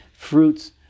Fruits